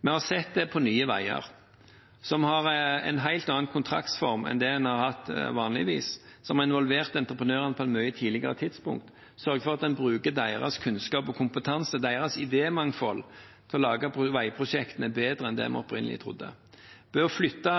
med Nye Veier, som har en helt annen kontraktsform enn det en har hatt vanligvis, som har involvert entreprenørene på et mye tidligere tidspunkt, sørget for at en bruker deres kunnskap og kompetanse, deres idémangfold, til å lage veiprosjektene bedre enn det vi opprinnelig trodde. Ved å flytte